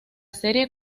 serie